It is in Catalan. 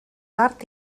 art